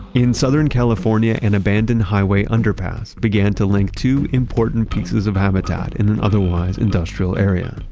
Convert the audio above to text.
in southern california, an abandoned highway underpass began to link two important pieces of habitat in an otherwise industrial area.